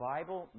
Bible